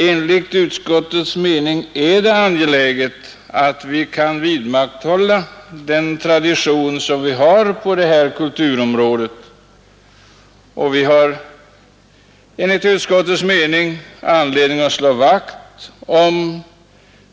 Enligt utskottets mening är det angeläget att vidmakthålla den tradition som finns på det här kulturområdet. Det är enligt utskottets mening anledning att slå vakt om